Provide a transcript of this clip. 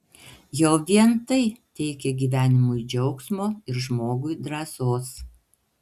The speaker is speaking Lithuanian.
jau vien tai teikia gyvenimui džiaugsmo ir žmogui drąsos